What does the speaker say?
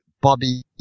Bobby